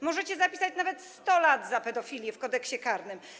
Możecie zapisać nawet 100 lat za pedofilię w Kodeksie karnym.